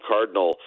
Cardinal